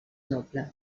noble